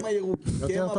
גם הירוקים.